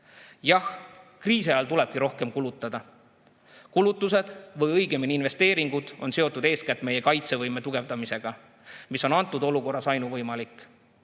Jah, kriisi ajal tulebki rohkem kulutada. Kulutused või õigemini investeeringud on seotud eeskätt meie kaitsevõime tugevdamisega, mis on antud olukorras ainuvõimalik.